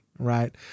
right